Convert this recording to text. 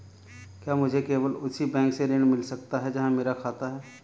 क्या मुझे केवल उसी बैंक से ऋण मिल सकता है जहां मेरा खाता है?